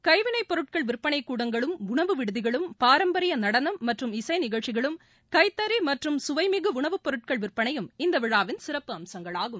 கைவினைப்பொருள் விற்பனை கூடங்களும் உணவு விடுதிகளும் பாரம்பரிய நடனம் மற்றும் இசை நிகழ்ச்சிகளும் கைத்தறி மற்றும் குவைமிகு உணவுப் பொருட்கள் விற்பனையும் இந்த விழாவின் சிறப்பு அம்சங்களாகும்